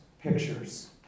pictures